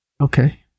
Okay